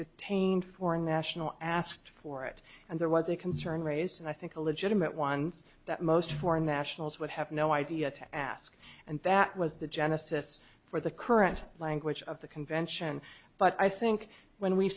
detained foreign national asked for it and there was a concern raised and i think a legitimate ones that most foreign nationals would have no idea to ask and that was the genesis for the current language of the convention but i think when we